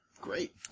Great